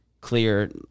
clear